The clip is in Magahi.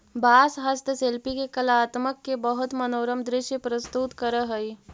बाँस हस्तशिल्पि के कलात्मकत के बहुत मनोरम दृश्य प्रस्तुत करऽ हई